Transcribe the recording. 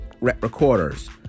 recorders